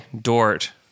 Dort